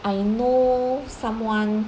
I know someone